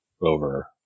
over